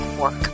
work